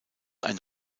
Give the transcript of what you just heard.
ein